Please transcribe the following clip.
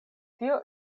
tio